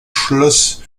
schloss